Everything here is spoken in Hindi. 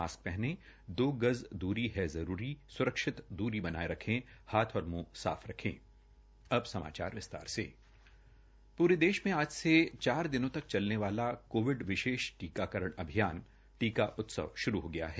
मास्क पहने दो गज दूरी है जरूरी सुरक्षित दूरी बनाये रखें हाथ और मुंह साफ रखें पूरे देश में आज से चार दिनों तक चलने वाला कोविड विशेष टीकाकरण्ण अभियान उत्सव श्रू हो गया है